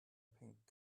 pink